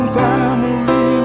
family